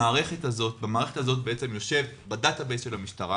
במערכת הזאת יושבים ב-data base של המשטרה